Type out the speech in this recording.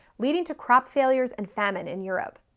leading to crop failures and famine in europe.